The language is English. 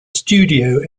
studio